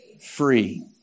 free